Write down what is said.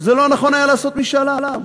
זה לא נכון היה לעשות משאל עם.